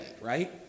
right